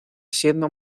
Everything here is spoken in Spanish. siendo